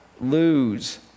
lose